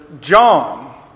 John